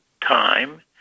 time